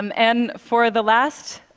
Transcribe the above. um and for the last